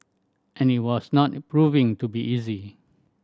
and it was not proving to be easy